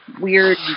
weird